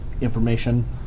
information